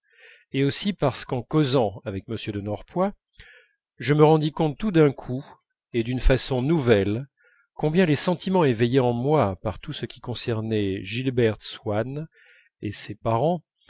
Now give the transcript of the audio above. et aussi parce qu'en causant avec m de norpois je me rendis compte tout d'un coup et d'une façon nouvelle combien les sentiments éveillés en moi par tout ce qui concernait gilberte swann et ses parents